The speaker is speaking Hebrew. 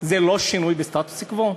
זה לא שינוי בסטטוס-קוו?